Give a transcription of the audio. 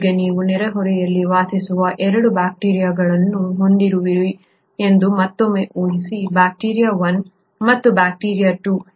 ಈಗ ನೀವು ನೆರೆಹೊರೆಯಲ್ಲಿ ವಾಸಿಸುವ 2 ಬ್ಯಾಕ್ಟೀರಿಯಾಗಳನ್ನು ಹೊಂದಿರುವಿರಿ ಎಂದು ಮತ್ತೊಮ್ಮೆ ಊಹಿಸಿ ಬ್ಯಾಕ್ಟೀರಿಯಾ1 ಮತ್ತು ಬ್ಯಾಕ್ಟೀರಿಯಾ2